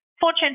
Fortune